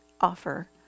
offer